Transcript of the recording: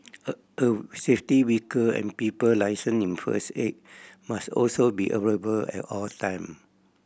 a oh safety vehicle and people licensed in first aid must also be available at all time